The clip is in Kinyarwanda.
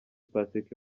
pasika